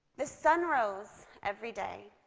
the sun rose every day,